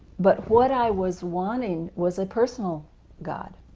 but what i was wanting was a personal god,